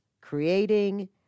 creating